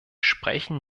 sprechen